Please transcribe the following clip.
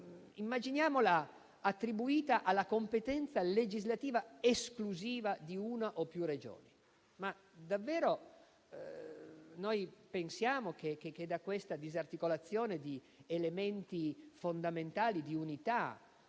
Immaginiamola attribuita alla competenza legislativa esclusiva di una o più Regioni. Ma davvero pensiamo che da questa disarticolazione di elementi fondamentali di unità